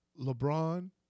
LeBron